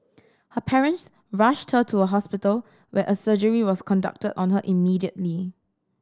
her parents rushed her to a hospital where a surgery was conducted on her immediately